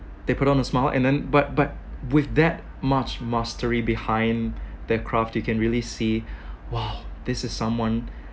they put on a smile and then but but with that much mastery behind their craft you can really see !wow! this is someone